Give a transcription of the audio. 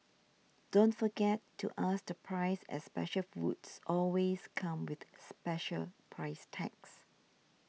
don't forget to ask the price as special foods always come with special price tags